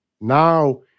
Now